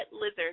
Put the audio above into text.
lizard